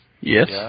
Yes